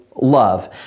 love